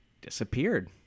disappeared